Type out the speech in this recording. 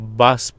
bus